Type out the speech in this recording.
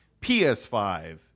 PS5